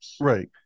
Right